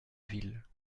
ville